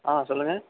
ஆ சொல்லுங்கள்